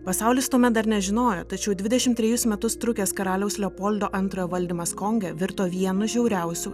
pasaulis tuomet dar nežinojo tačiau dvidešimt trejus metus trukęs karaliaus leopoldo antrojo valdymas konge virto vienu žiauriausių